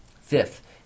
fifth